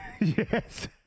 Yes